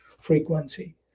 frequency